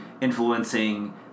influencing